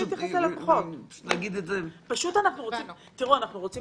אנחנו רוצים